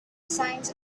signs